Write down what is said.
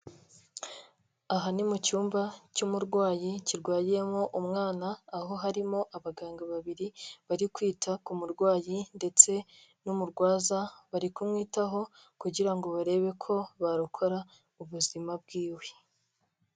Aha ni mu cyumba cy'umurwayi kirwariyemo umwana, aho harimo abaganga babiri bari kwita ku murwayi ndetse n'umurwaza, bari kumwitaho kugira ngo barebe ko barokora ubuzima bwiwe.